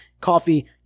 coffee